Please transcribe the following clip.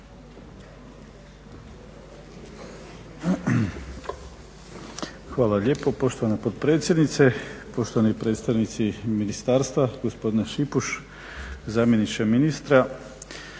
Hvala lijepo poštovana potpredsjednice. Poštovani predstavnici ministarstva, gospodine Šipuš, zamjeniče ministra,